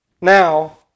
now